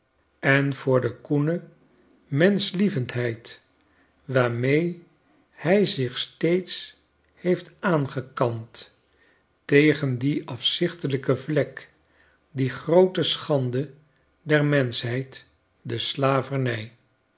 en voor de koene menschlie vendheid waarm ee hij zich steeds heeft aangekant tegen die afzichtelijke vlek die groote schande der menschheid de slavernij